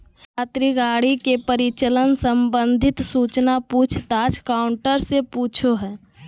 यात्री गाड़ी के परिचालन संबंधित सूचना पूछ ताछ काउंटर से पूछो हइ